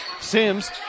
Sims